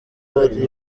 bari